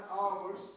hours